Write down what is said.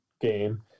game